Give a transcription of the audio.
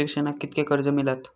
शिक्षणाक कीतक्या कर्ज मिलात?